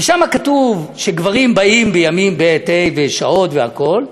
ושם כתוב שגברים באים בימים ב' וה', שעות והכול,